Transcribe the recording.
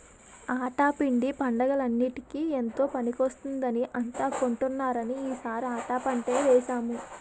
ఆటా పిండి పండగలన్నిటికీ ఎంతో పనికొస్తుందని అంతా కొంటున్నారని ఈ సారి ఆటా పంటే వేసాము